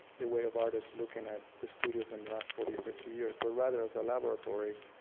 the way of artists looking at the studios in the last forty or fifty years, but rather as a laboratory,